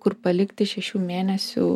kur palikti šešių mėnesių